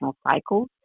cycles